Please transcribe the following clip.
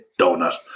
donut